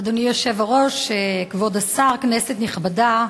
אדוני היושב-ראש, כבוד השר, כנסת נכבדה,